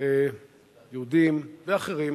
יהודים ואחרים